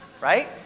right